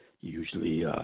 Usually